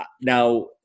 Now